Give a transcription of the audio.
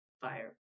fire